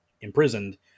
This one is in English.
imprisoned